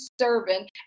serving